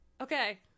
Okay